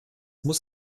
muss